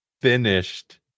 finished